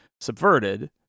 subverted